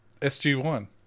sg1